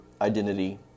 identity